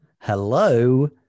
Hello